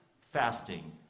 fasting